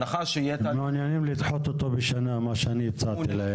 הם מעוניינים לדחות אותו בשנה, מה שאני הצעתי להם.